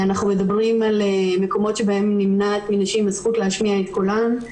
אנחנו מדברים על מקומות בהם נמנעת מנשים הזכות להשמיע את קולן,